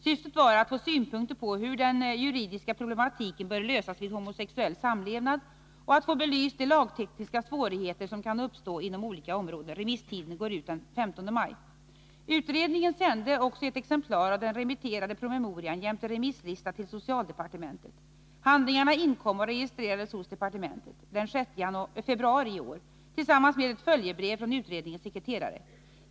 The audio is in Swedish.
Syftet var att få synpunkter på hur den juridiska problematiken bör lösas vid homosexuell samlevnad och att få de lagtekniska svårigheter belysta som kan uppstå inom olika områden. Remisstiden går ut den 15 maj. Utredningen sände också ett exemplar av den remitterade promemorian jämte remisslista till socialdepartementet. Handlingarna inkom och registrerades hos departementet den 6 februari i år tillsammans med ett följebrev från utredningens sekreterare.